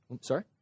sorry